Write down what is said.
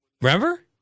Remember